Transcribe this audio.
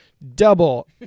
Double